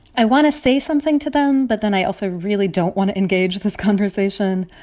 i want to say something to them, but then i also really don't want to engage this conversation.